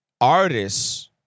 artists